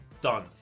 done